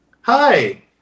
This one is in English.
hi